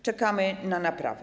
Czekamy na naprawę.